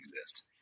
exist